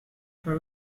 for